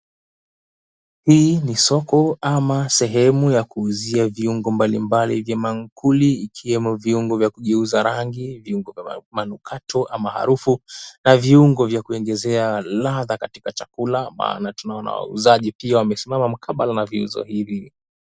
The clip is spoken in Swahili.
Hii ni soko ama sehemu ya kuzuia viungo mbalimbali vya mamkuli ikiwemo viungo vya kugeuza rangi viungo vya manukato ama harufu na viungo vya kuongezeka ladha katika chakula. Maana tunaona wauzaji pia wamesimama mkabala na vuzo hivi.